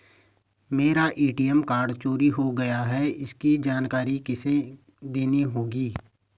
मेरा ATM card चोरी हो गया है इसकी जानकारी किसे देनी होगी?